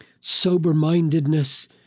sober-mindedness